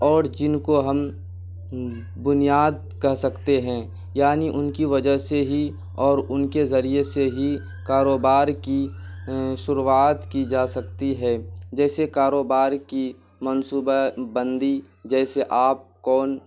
اور جن کو ہم بنیاد کہہ سکتے ہیں یعنی ان کی وجہ سے ہی اور ان کے ذریعے سے ہی کاروبار کی شروعات کی جا سکتی ہے جیسے کاروبار کی منصوبہ بندی جیسے آپ کون